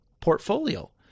portfolio